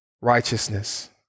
righteousness